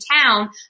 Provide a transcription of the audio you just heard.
town